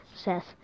Seth